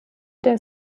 der